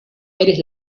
eres